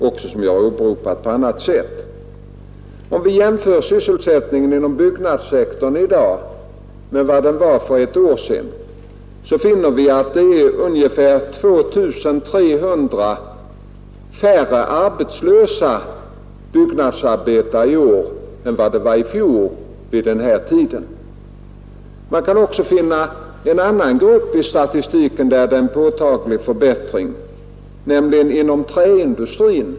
Om vi jämför sysselsättningen inom byggnadssektorn i dag med hur den var för ett år sedan, finner vi att det är ungefär 2 300 färre arbetslösa byggnadsarbetare i år än i fjol. Man kan också finna en annan grupp i statistiken där det är en påtaglig förbättring, nämligen inom träindustrin.